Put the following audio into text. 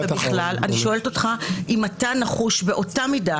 אני שואלת אותך אם אתה נחוש באותה מידה